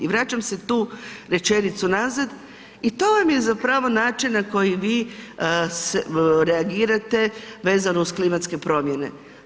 I vraćam se tu rečenicu nazad i to vam je zapravo način na koji vi reagirate vezano uz klimatske promjene.